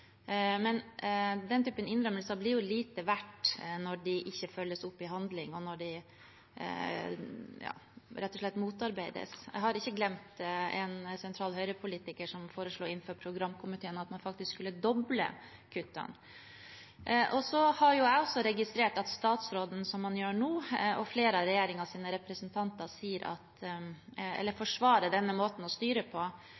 Men den typen innrømmelser blir lite verdt når de ikke følges opp i handling, og når de rett og slett motarbeides. Jeg har ikke glemt en sentral Høyre-politiker som foreslo overfor programkomiteen at man faktisk skulle doble kuttene. Så har jeg også registrert at statsråden, som han gjør nå, og flere av regjeringens representanter forsvarer denne måten å styre på